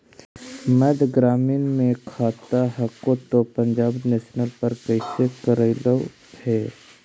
मध्य ग्रामीण मे खाता हको तौ पंजाब नेशनल पर कैसे करैलहो हे?